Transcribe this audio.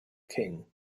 king